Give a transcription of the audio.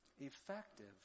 effective